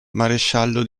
maresciallo